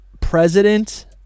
president